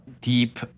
deep